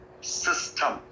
system